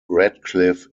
radcliffe